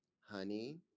honey